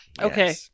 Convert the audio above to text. Okay